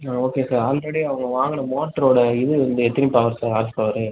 ஆ okay sir already அவங்க வாங்குன மோட்டரோடய இது வந்து எத்தனை பவர் சார் ஹார்ஸ் பவரு